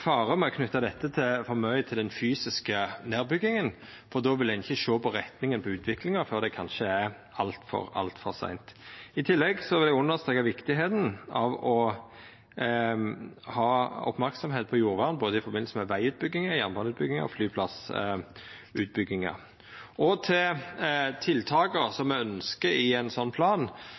fare med å knyta dette for mykje til den fysiske nedbygginga, for då vil ein ikkje sjå på retninga av utviklinga før det kanskje er altfor seint. I tillegg vil eg understreka kor viktig det er å ha merksemd på jordvern i samband med både vegutbygging, jernbaneutbygging og flyplassutbygging. Som tiltak me ønskjer i ein sånn plan,